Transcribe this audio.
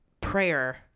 prayer